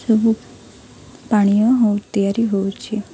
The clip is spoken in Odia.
ସବୁ ପାନୀୟ ତିଆରି ହେଉଛି